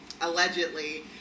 allegedly